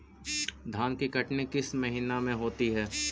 धान की कटनी किस महीने में होती है?